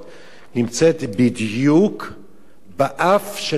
נמצאת בדיוק באף של האשה,